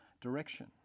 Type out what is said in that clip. direction